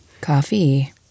Coffee